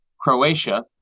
Croatia